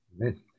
Amen